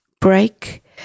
break